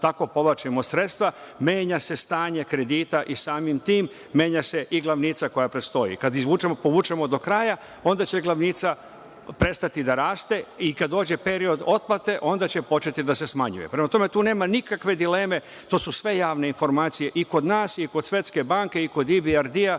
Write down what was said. tako povlačimo sredstva, menja se stanje kredita i samim tim menja se i glavnica koja predstoji. Kada povučemo do kraja, onda će glavnica prestati da raste i kada dođe period otplate onda će početi da se smanjuje. Prema tome, tu nema nikakve dileme, to su sve javne informacije i kod nas i kod Svetske banke i kod IBRD